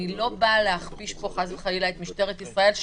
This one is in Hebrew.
אני לא באה להכפיש פה חס וחלילה את משטרת ישראל,